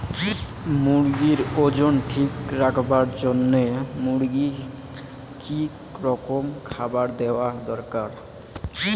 মুরগির ওজন ঠিক রাখবার জইন্যে মূর্গিক কি রকম খাবার দেওয়া দরকার?